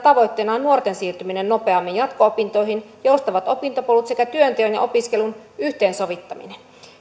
tavoitteina ovat nuorten siirtyminen nopeammin jatko opintoihin joustavat opintopolut sekä työnteon ja opiskelun yhteensovittaminen